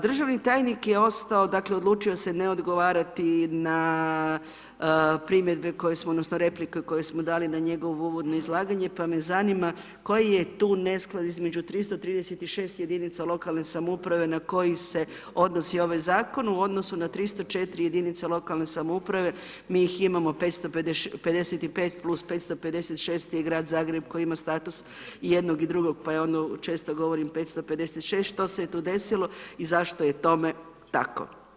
Državni tajnik je ostao, dakle, odlučio se ne odgovarati na primjedbe, odnosno replike koje smo dali na njegovo uvodno izlaganje, pa me zanima koji je tu nesklad između 336 jedinica lokalne samouprave na koje se odnosi ovaj zakon u odnosu na 304 jedinice lokalne samouprave, mi ih imamo 555 plus 556 je Grad Zagreb koji ima status jednoj i drugog pa ja onda često govorim 556, što se tu desilo i zašto je tome tako?